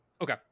okay